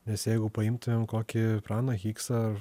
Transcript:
nes jeigu paimtumėm kokį praną higsą